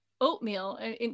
oatmeal